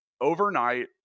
overnight